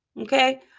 Okay